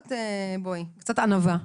קצת ענווה.